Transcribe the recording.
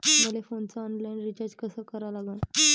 मले फोनचा online recharge कसा करा लागन?